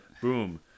boom